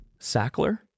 sackler